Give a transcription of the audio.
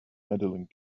medaling